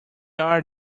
are